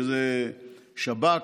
שזה שב"כ,